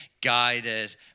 guided